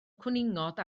cwningod